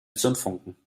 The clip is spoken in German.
zündfunken